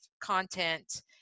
content